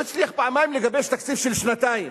הוא הצליח פעמיים לגבש תקציב של שנתיים.